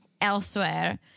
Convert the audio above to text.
elsewhere